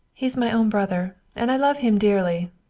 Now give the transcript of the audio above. he's my own brother, and i love him dearly.